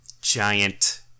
giant